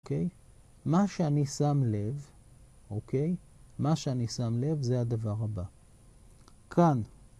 אוקיי, מה שאני שם לב, אוקיי, מה שאני שם לב זה הדבר הבא. כאן.